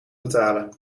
betalen